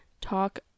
talk